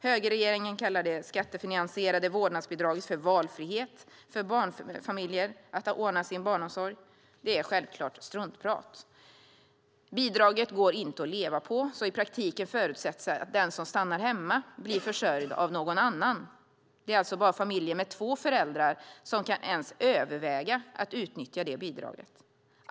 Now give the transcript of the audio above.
Högerregeringen kallar det skattefinansierade vårdnadsbidraget valfrihet för barnfamiljerna att ordna sin barnomsorg. Det är självklart struntprat. Bidraget går inte att leva på, så i praktiken förutsätts att den som stannar hemma blir försörjd av någon annan. Det är alltså bara familjer med två föräldrar som kan ens överväga att utnyttja bidraget.